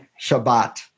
Shabbat